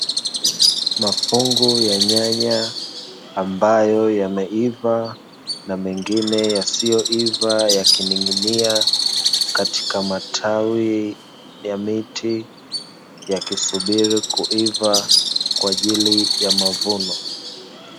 Mafungu ya nyanya ambayo yameiva na mengine yasiyoiva, yakining'inia katika matawi ya miti, yakisubiri kuiva kwa ajili ya mavuno.